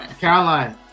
Caroline